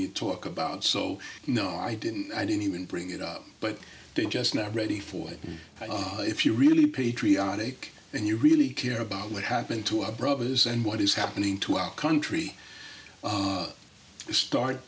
you talk about so no i didn't i didn't even bring it up but they're just not ready for it if you really patriotic and you really care about what happened to our brothers and what is happening to our country start